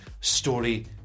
story